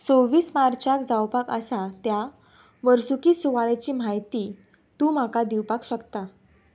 सव्वीस मार्चाक जावपाक आसा त्या वर्सुकी सुवाळ्याची म्हायती तूं म्हाका दिवपाक शकता